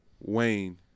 Wayne